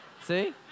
See